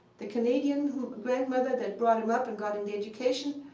the canadian grandmother that brought him up and got him the education,